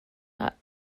are